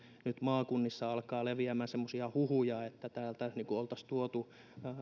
nyt maakunnissa alkaa leviämään semmoisia huhuja että täältä niin kuin oltaisiin tuotu